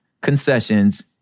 concessions